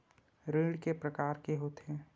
ऋण के प्रकार के होथे?